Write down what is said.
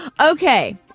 Okay